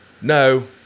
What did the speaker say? no